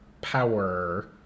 power